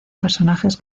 personajes